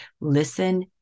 listen